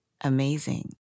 amazing